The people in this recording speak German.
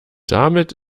damit